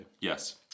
Yes